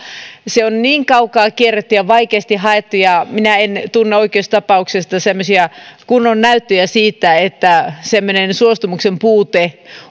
se on niin kaukaa kierretty ja vaikeasti haettu minä en tunne oikeustapauksista kunnon näyttöjä siitä että semmoinen suostumuksen puute